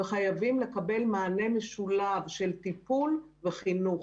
שחייבים לקבל מענה משולב של טיפול וחינוך.